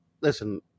Listen